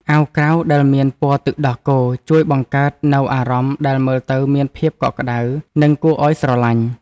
អាវក្រៅដែលមានពណ៌ទឹកដោះគោជួយបង្កើតនូវអារម្មណ៍ដែលមើលទៅមានភាពកក់ក្តៅនិងគួរឱ្យស្រលាញ់។